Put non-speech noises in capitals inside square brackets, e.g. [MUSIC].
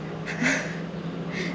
[LAUGHS]